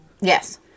yes